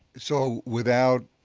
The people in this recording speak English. so without